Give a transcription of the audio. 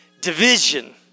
division